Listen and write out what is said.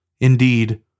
Indeed